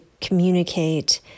communicate